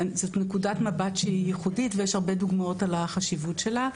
זאת נקודת מבט שהיא ייחודית ויש הרבה דוגמאות על החשיבות שלה.